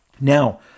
Now